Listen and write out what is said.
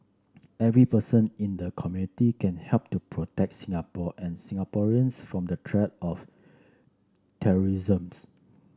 every person in the community can help to protect Singapore and Singaporeans from the threat of terrorism